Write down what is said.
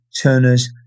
turners